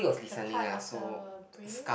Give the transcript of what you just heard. the part of the brain